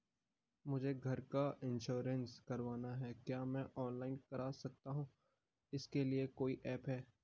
मुझे घर का इन्श्योरेंस करवाना है क्या मैं ऑनलाइन कर सकता हूँ इसके लिए कोई ऐप है?